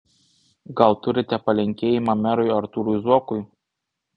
gal turite palinkėjimą merui artūrui zuokui